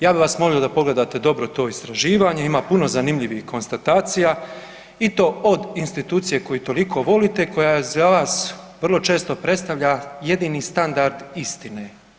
Ja bih vas molio da pogledate dobro to istraživanje, ima puno zanimljivih konstatacija i to od institucije koju toliko volite koja je za vas vrlo često predstavlja jedini standard istine.